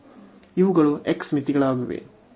ಇವುಗಳು x ಗೆ ಮಿತಿಗಳಾಗಿವೆ